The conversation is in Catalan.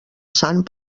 sant